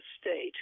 state